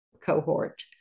cohort